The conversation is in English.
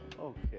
Okay